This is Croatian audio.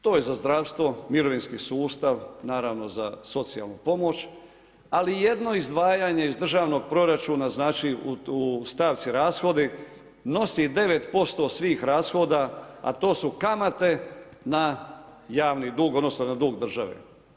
To je za zdravstvo, mirovinski sustav, naravno za socijalnu pomoć, ali jedno izdvajanje iz državnog proračuna znači u stavku rashodi, nosi 9% svih rashoda a to su kamate na javni dug, odnosno na dug države.